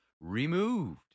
removed